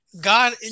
God